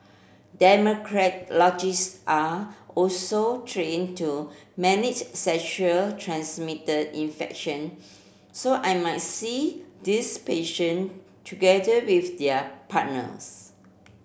are also trained to manage sexual transmitted infection so I might see these patient together with their partners